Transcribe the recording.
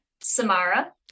Samara